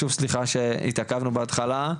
שוב סליחה שהתעכבנו בהתחלה,